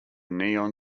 neon